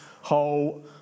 whole